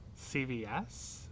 CVS